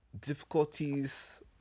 difficulties